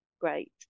great